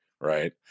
right